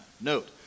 Note